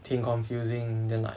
挺 confusing then like